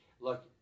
Look